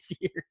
years